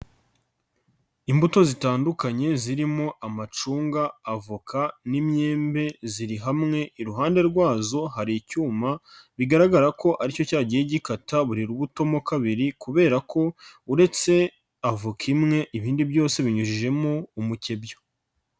Imbuto zitandukanye zirimo amacunga, avoka n'imyembe, ziri hamwe, iruhande rwazo hari icyuma, bigaragara ko ari cyo cyagiye gikata buri rubuto mo kabiri kubera ko uretse avoka imwe ibindi byose binyujijemo umukebyo.